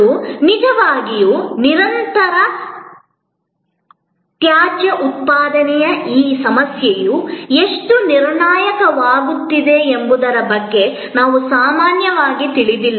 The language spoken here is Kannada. ಮತ್ತು ನಿಜವಾಗಿಯೂ ನಿರಂತರ ತ್ಯಾಜ್ಯ ಉತ್ಪಾದನೆಯ ಈ ಸಮಸ್ಯೆಯು ಎಷ್ಟು ನಿರ್ಣಾಯಕವಾಗುತ್ತಿದೆ ಎಂಬುದರ ಬಗ್ಗೆ ನಾವು ಸಾಮಾನ್ಯವಾಗಿ ತಿಳಿದಿಲ್ಲ